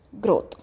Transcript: growth